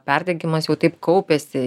perdegimas jau taip kaupėsi